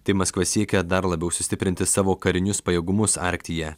tai maskva siekia dar labiau sustiprinti savo karinius pajėgumus arktyje